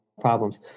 problems